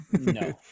No